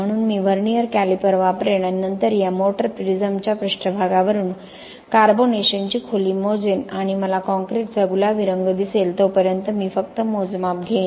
म्हणून मी vernier caliper वापरेन आणि नंतर या मोटर प्रिझमच्या पृष्ठभागावरुन कार्बोनेशनची खोली मोजेन आणि मला कॉंक्रिटचा गुलाबी रंग दिसेल तोपर्यंत मी फक्त मोजमाप घेईन